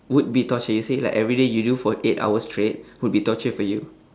would be torture you say like everyday you do for eight hours straight would be torture for you